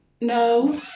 No